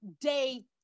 day